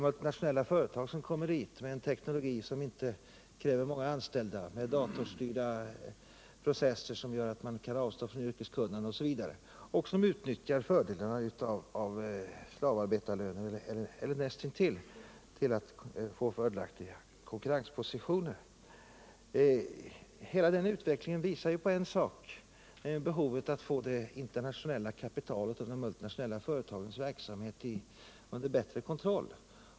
Multinationella företag kommer till dessa länder med en teknologi som inte kräver många anställda och med datorstyrda processer, som gör att man kan avstå från yrkeskunnande m.m. Därvid kan fördelarna av slavarbetarlöner, eller näst intill sådana, utnyttjas för att nå fördelaktiga konkurrenspositioner. Hela denna utveckling visar ju en sak, nämligen behovet av att få det internationella kapitalet och de multinationella företagens verksamhet under bättre kontroll.